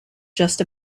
just